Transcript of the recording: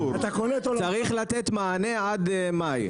צריך לתת מענה עד מאי.